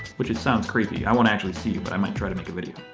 which is sounds creepy, i won't actually see you, but i might try to make a video.